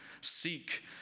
seek